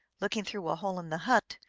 looking through a hole in the hut,